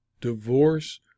divorce